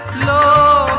know